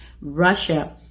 Russia